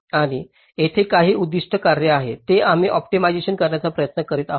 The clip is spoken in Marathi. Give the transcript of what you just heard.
आणि तेथे काही उद्दीष्ट कार्य आहे जे आम्ही ऑप्टिमाइझ करण्याचा प्रयत्न करीत आहोत